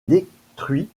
détruit